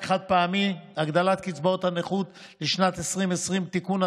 חד-פעמי חלף הגדלת קצבאות הנכות לשנת 2020) (תיקון),